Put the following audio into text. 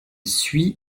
suit